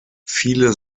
viele